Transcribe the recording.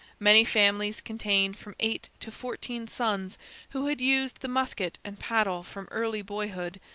many families contained from eight to fourteen sons who had used the musket and paddle from early boyhood,